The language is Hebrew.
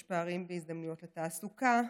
יש פערים בהזדמנויות לתעסוקה,